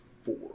Four